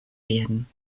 werden